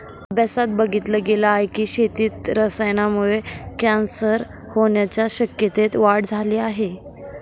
अभ्यासात बघितल गेल आहे की, शेतीत रसायनांमुळे कॅन्सर होण्याच्या शक्यतेत वाढ झाली आहे